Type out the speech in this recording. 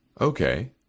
Okay